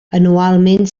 anualment